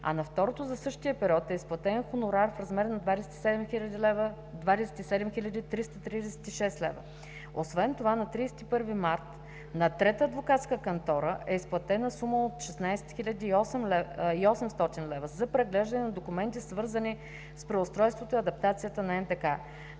а на второто, за същия период е изплатен хонорар в размер на 27 336 лв. Освен това на 31 март 2017 г. на трета адвокатска кантора е изплатена сумата от 16 800 лв. за преглеждане на документи, свързани с преустройството и адаптацията на НДК;